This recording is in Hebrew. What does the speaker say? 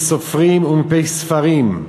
מפי סופרים ומפי ספרים,